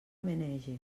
menege